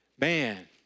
Man